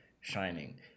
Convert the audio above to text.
shining